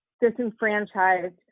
disenfranchised